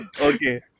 Okay